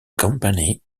company